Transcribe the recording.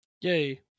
Yay